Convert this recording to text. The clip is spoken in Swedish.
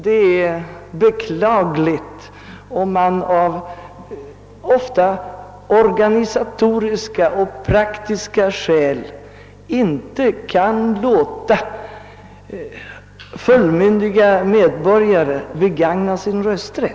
Det är beklagligt om man av ofta organisatoriska och praktiska skäl inte kan låta fullmyndiga medborgare begagna sin rösträtt.